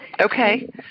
Okay